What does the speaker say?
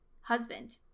husband